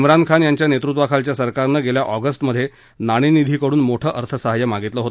चिनखान यांच्या नेतृत्वाखालच्या सरकारनं गेल्या अॅगस्टमधे नाणेनिधीकडून मोठं अर्थसहाय्य मागितलं होत